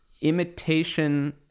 imitation